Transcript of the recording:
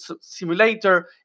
simulator